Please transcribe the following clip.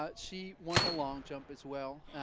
ah she won the long jump as well.